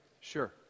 Sure